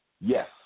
Yes